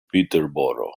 peterborough